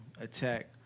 attack